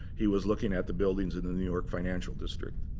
he was looking at the buildings in the new york financial district.